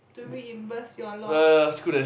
to reimburse your loss